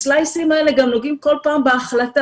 הסלייסים (slices) האלה גם נוגעים כל פעם בהחלטה.